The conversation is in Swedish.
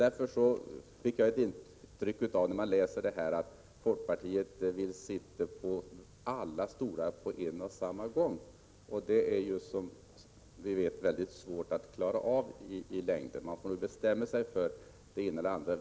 Därför fick jag intrycket, då jag läste detta, att folkpartiet vill sitta på alla stolar på samma gång. Det är som vi vet mycket svårt att klara sådant i längden. Man får bestämma sig för det ena eller det andra.